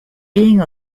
being